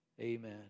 Amen